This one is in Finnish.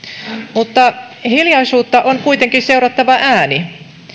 mutta hiljaisuutta on kuitenkin seurattava ääni